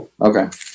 Okay